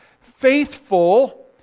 Faithful